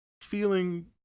feeling